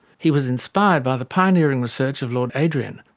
he was inspired by the pioneering research of lord adrian.